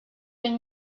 and